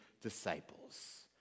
disciples